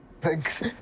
Thanks